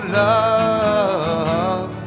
love